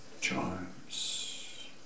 charms